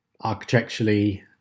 architecturally